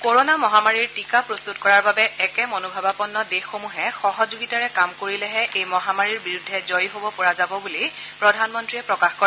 corona মহামাৰীৰ টীকা প্ৰস্তুত কৰাৰ বাবে একে মনোভাৱাপন্ন দেশসমূহে সহযোগিতাৰে কাম কৰিলেহে এই মহামাৰীৰ বিৰুদ্ধে জয়ী হব পৰা যাব বুলি প্ৰধানমন্ত্ৰীয়ে প্ৰকাশ কৰে